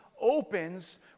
opens